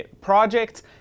projects